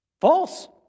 False